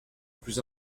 plus